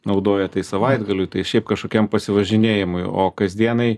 naudoja tai savaitgaliui tai šiaip kažkokiam pasivažinėjimui o kasdienai